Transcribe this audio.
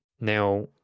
now